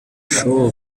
show